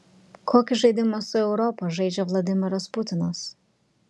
kokį žaidimą su europa žaidžia vladimiras putinas